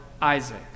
Isaac